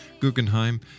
Guggenheim